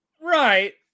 Right